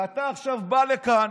ואתה עכשיו בא לכאן